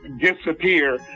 disappear